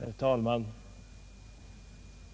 Herr talman!